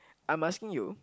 I'm asking you